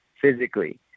physically